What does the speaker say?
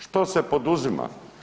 Što se poduzima?